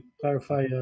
clarify